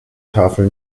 tafel